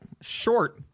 short